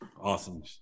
Awesome